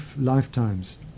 lifetimes